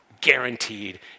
guaranteed